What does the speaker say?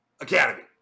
Academy